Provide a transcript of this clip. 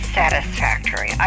satisfactory